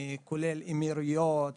כולל האמירויות,